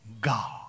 God